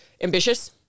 ambitious